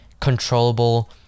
controllable